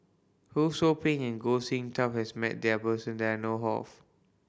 Ho Sou Ping and Goh Sin Tub has met person that I know of